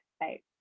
right